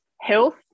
health